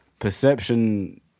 Perception